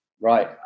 Right